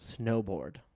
Snowboard